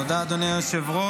תודה, אדוני היושב-ראש.